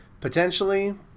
potentially